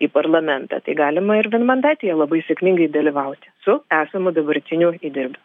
į parlamentą tai galima ir vienmandatėje labai sėkmingai dalyvauti su esamu dabartiniu įdirbiu